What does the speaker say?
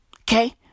Okay